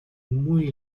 muy